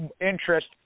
interest